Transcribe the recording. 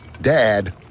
Dad